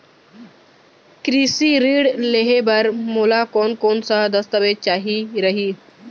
कृषि ऋण लेहे बर मोला कोन कोन स दस्तावेज चाही रही?